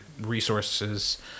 resources